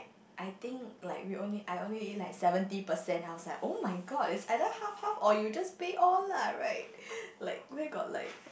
I think like we only I only eat like seventy percent I was like oh-my-god it's either half half or you just pay all lah right like where got like